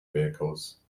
vehicles